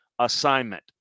Assignment